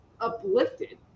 uplifted